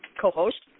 co-host